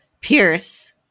Pierce